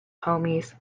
homies